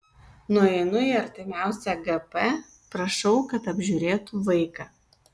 nueinu į artimiausią gp prašau kad apžiūrėtų vaiką